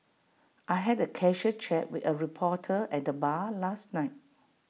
I had A casual chat with A reporter at the bar last night